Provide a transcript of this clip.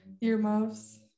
Earmuffs